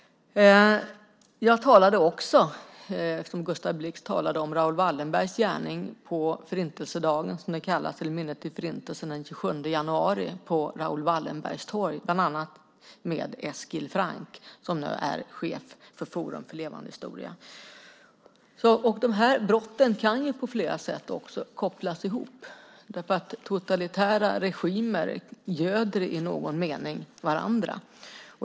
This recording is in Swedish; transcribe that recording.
Gustav Blix talade om Raoul Wallenbergs gärning. Jag talade själv på Förintelsedagen den 27 januari på Raoul Wallenbergs torg. Även Eskil Frank som är chef för Forum för levande historia var med. Dessa brott kan på flera sätt också kopplas ihop, för totalitära regimer göder i någon mening varandra.